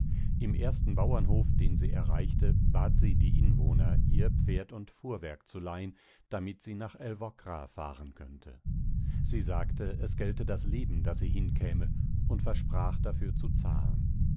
im ersten bauernhof den sie erreichte bat sie die inwohner ihr pferd und fuhrwerk zu leihen damit sie nach älvkra fahren könnte sie sagte es gälte das leben daß sie hinkäme und versprach dafür zu zahlen